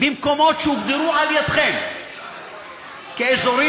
במקומות שהוגדרו על-ידיכם כאזורים,